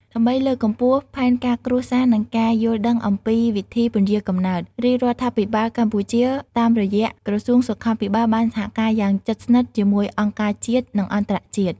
ដើម្បីលើកកម្ពស់ផែនការគ្រួសារ និងការយល់ដឹងអំពីវិធីពន្យារកំណើត រាជរដ្ឋាភិបាលកម្ពុជាតាមរយៈក្រសួងសុខាភិបាលបានសហការយ៉ាងជិតស្និទ្ធជាមួយអង្គការជាតិ និងអន្តរជាតិ។